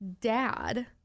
dad